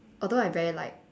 although I very like